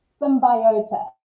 symbiota